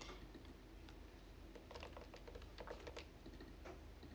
mm